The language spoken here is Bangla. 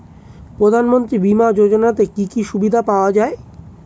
প্রধানমন্ত্রী বিমা যোজনাতে কি কি সুবিধা পাওয়া যায়?